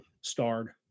starred